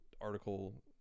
article